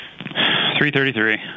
333